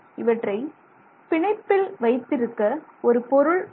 இவற்றை பிணைப்பில் வைத்திருக்க ஒரு பொருள் தேவை